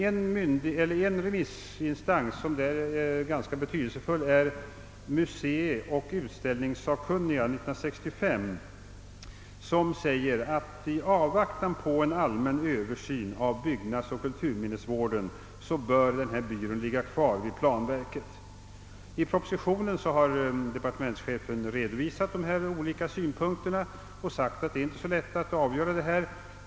En ganska betydelsefull remissinstans är museioch utställningssakkunniga 1965, MUS 65, som säger att i avvaktan på en allmän översyn av byggnadsoch kulturminnesvården bör denna byrå ligga kvar vid planverket. I propositionen har departementschefen redovisat dessa olika synpunkter och sagt, att det inte är så lätt att avgöra frågan.